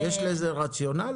יש לזה רציונל?